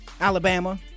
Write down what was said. Alabama